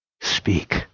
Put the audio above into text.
speak